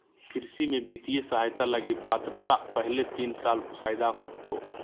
कृषि में वित्तीय सहायता लगी पात्रता पहले तीन साल फ़ायदा होतो